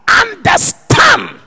understand